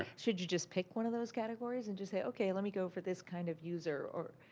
should you just pick one of those categories and just say, okay, let me go for this kind of user or,